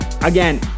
Again